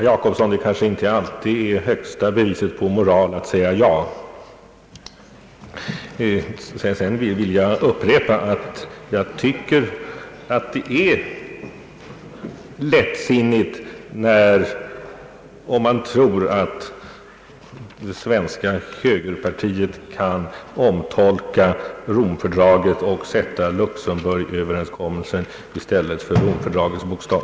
Herr talman! Det kanske inte, herr Jacobsson, alltid är det högsta beviset på moral att säga ja! Jag vill också upprepa att jag tycker det är lättsinnigt att tro att det svenska högerpartiet kan omtolka Romfördraget och sätta Luxemburgöverenskommelsen i stället för Romfördragets bokstav.